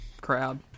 crowd